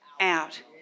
out